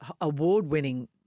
award-winning